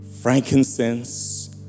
frankincense